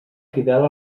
fidel